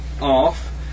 off